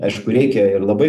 aišku reikia ir labai